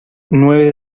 nueve